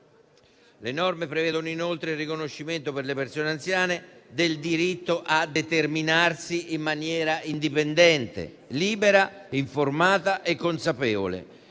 Le norme prevedono inoltre: il riconoscimento per le persone anziane del diritto a determinarsi in maniera indipendente, libera, informata e consapevole,